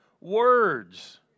Words